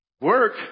Work